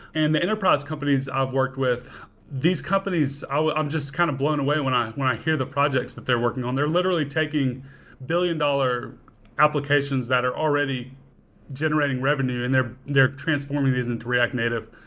and the enterprise companies i've worked with these companies i'm just kind of blown away when i when i hear the projects that they're working on. they're literally taking billion dollar applications that are already generating revenue and they're they're transforming these into react native.